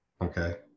okay